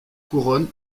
couronne